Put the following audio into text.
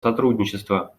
сотрудничества